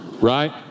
Right